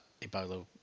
Ebola